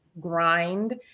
grind